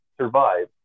survive